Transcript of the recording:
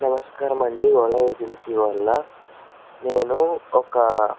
నమస్కారమండి ఓలా ఏజెన్సీ వాళ్ళ నేను ఒక